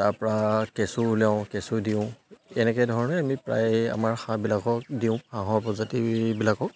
তাৰপৰা কেঁচু উলিয়াওঁ কেঁচু দিওঁ এনেকে ধৰণে আমি প্ৰায় আমাৰ হাঁহবিলাকক দিওঁ হাঁহৰ প্ৰজাতিবিলাকক